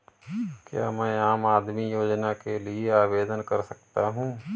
क्या मैं आम आदमी योजना के लिए आवेदन कर सकता हूँ?